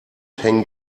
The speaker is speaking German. hängen